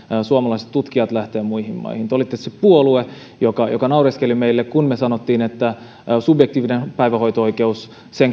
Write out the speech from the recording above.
suomalaiset tutkijat lähtevät muihin maihin te olitte se puolue joka joka naureskeli meille kun me sanoimme että subjektiivisen päivähoito oikeuden